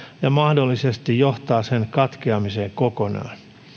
ja mahdollisesti johtaa sen katkeamiseen kokonaan